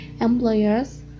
employers